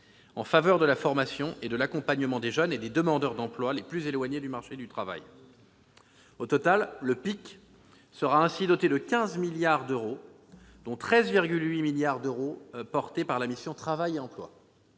plan favorisera la formation et l'accompagnement des jeunes et les demandeurs d'emploi les plus éloignés du marché du travail. Au total, le PIC sera doté de 15 milliards d'euros, parmi lesquels 13,8 milliards d'euros seront portés par la mission « Travail et emploi